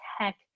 tech